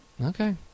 Okay